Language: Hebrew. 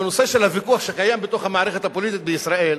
בנושא של הוויכוח שקיים בתוך המערכת הפוליטית בישראל,